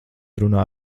runā